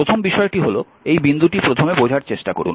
প্রথম বিষয়টি হল এই বিন্দুটি প্রথমে বোঝার চেষ্টা করুন